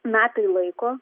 metai laiko